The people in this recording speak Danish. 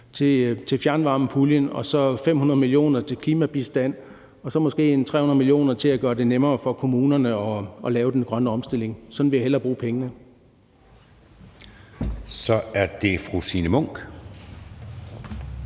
til fjernvarmepuljen og så 500 mio. kr. til klimabistand og så måske 300 mio. kr. til at gøre det nemmere for kommunerne at lave den grønne omstilling? Sådan ville jeg hellere bruge pengene. Kl. 21:00 Anden